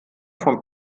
vom